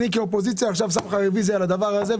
אני כאופוזיציה שם לך עכשיו רוויזיה על הדבר הזה,